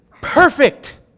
perfect